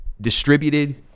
distributed